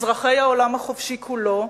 אזרחי העולם החופשי כולו,